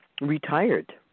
retired